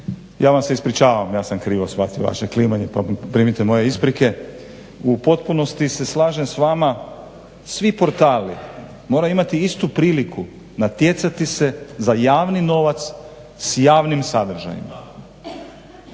Ja vam se ispričavam, ja sam krivo shvatio vaše klimanje pa primite moje isprike. U potpunosti se slažem s vama, svi portali moraju imati istu priliku natjecati se za javni novac s javnim sadržajima.